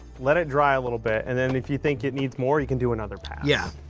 let it dry a little bit and then if you think it needs more, you can do another pass. yeah,